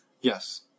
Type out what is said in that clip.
Yes